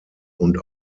und